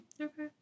Okay